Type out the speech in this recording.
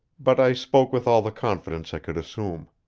but i spoke with all the confidence i could assume